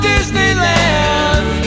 Disneyland